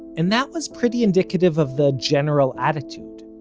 and that was pretty indicative of the general attitude.